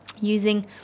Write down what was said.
using